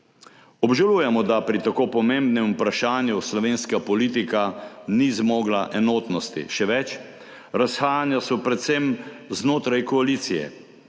Obžalujemo, da pri tako pomembnem vprašanju slovenska politika ni zmogla enotnosti. Še več, razhajanja so predvsem znotraj koalicije.